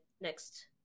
next